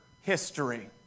history